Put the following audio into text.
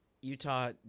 Utah